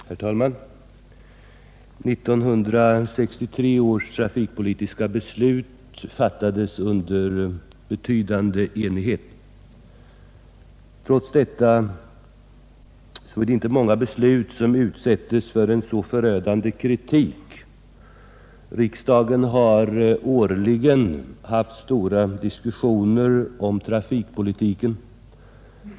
Herr talman! 1963 års trafikpolitiska beslut fattades i betydande enighet. Trots detta är det inte många beslut som utsätts för så förödande kritik. Riksdagen har årligen haft stora diskussioner om trafikpolitiken.